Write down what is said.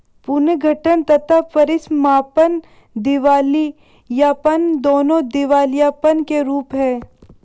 पुनर्गठन तथा परीसमापन दिवालियापन, दोनों दिवालियापन के रूप हैं